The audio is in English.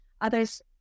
others